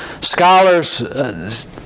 scholars